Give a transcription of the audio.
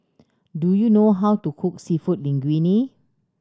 do you know how to cook Seafood Linguine